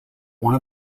one